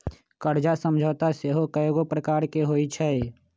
कर्जा समझौता सेहो कयगो प्रकार के होइ छइ